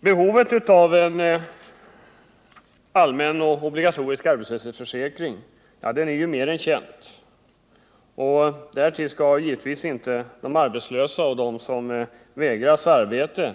Behovet av en allmän och obligatorisk arbetslöshetsförsäkring är mer än känt. De arbetslösa och de som vägras arbete,